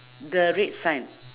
the red sign